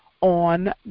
on